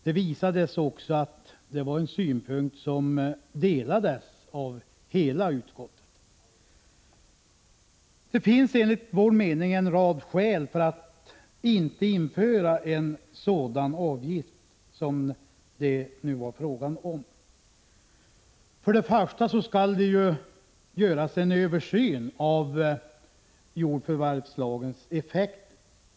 Det visade sig också att denna uppfattning delades av hela utskottet. Det finns enligt vår mening en rad skäl för att inte införa en sådan avgift som det här var fråga om. Först och främst skall det ju göras en översyn av jordförvärvslagens effekter.